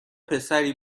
پسری